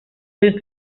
fent